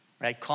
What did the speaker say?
right